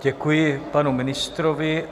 Děkuji panu ministrovi.